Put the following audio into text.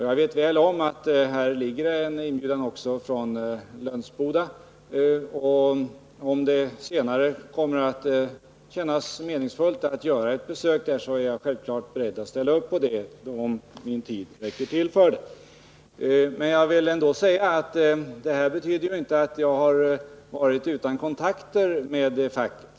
Jag känner väl till att det föreligger en inbjudan också från Lönsboda, och om det senare kommer att kännas meningsfullt att göra ett besök där, är jag självfallet beredd att genomföra ett sådant, om tiden räcker till för det. Jag har emellertid inte varit utan kontakter med facket.